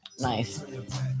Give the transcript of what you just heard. Nice